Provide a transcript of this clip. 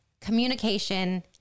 communication